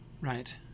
Right